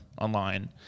online